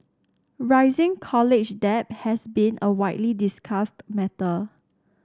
rising college debt has been a widely discussed matter